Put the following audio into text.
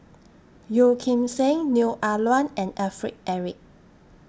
Yeo Kim Seng Neo Ah Luan and Alfred Eric